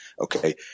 Okay